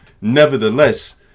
Nevertheless